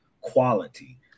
quality